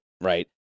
right